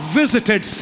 visited